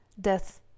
death